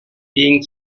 being